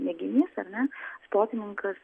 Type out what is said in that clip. mėginys ar ne sportininkas